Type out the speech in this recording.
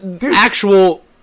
actual